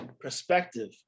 perspective